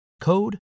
Code